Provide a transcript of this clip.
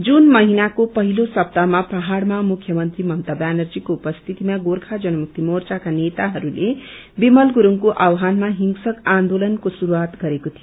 जून महिनाको पहिलो सप्ताहमा पहाइमा मुख्यमन्त्री ममता व्यानर्जीको उपस्थितिमा गोर्खा जनमुक्ति मोर्चाका नेताहरूले विमल गुरुङको आङ्वानमा हिंग्नक आन्दोलनको श्रुस्वात गरेको थियो